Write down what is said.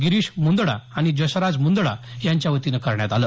गिरीश मुंदडा आणि जसराज मुदडा यांच्या वतीन करण्यात आलं